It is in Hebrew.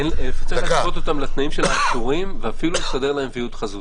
הסוציאליים, אחרי שסוכם עם משרד הרווחה?